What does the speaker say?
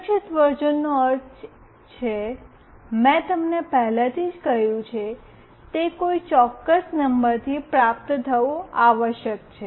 સુરક્ષિત વર્ઝનનો અર્થ છે મેં તમને પહેલેથી જ કહ્યું છે તે કોઈ ચોક્કસ નંબરથી પ્રાપ્ત થવું આવશ્યક છે